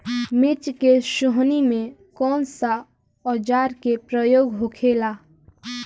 मिर्च के सोहनी में कौन सा औजार के प्रयोग होखेला?